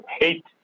hate